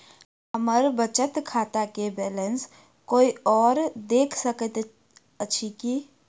हम्मर बचत खाता केँ बैलेंस कोय आओर देख सकैत अछि की